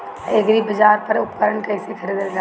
एग्रीबाजार पर उपकरण कइसे खरीदल जाला?